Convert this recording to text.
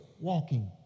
walking